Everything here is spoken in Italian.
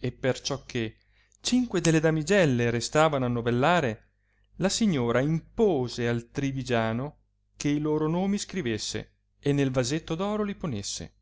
e perciò che cinque delle damigelle restavano a novellare la signora impose al trivigiano che i loro nomi scrivesse e nel vasetto d'oro li ponesse